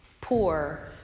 poor